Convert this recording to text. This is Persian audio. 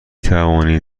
توانید